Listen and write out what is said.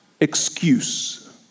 excuse